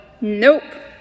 Nope